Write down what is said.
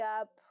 up